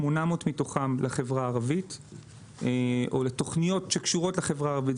800 מתוכם לתוכניות שקשורות לחברה הערבית.